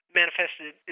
manifested